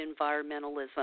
environmentalism